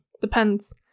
Depends